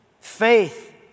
Faith